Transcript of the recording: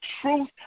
truth